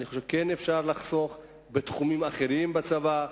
אני חושב שאכן אפשר לחסוך בתחומים אחרים בצבא.